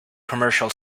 commercial